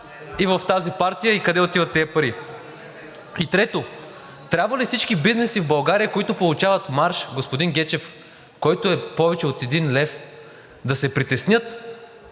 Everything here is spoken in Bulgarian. и в тази партия и къде отиват тези пари? И трето, трябва ли всички бизнеси в България, които получават марж, господин Гечев, който е повече от 1 лв., да се притеснят,